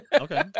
Okay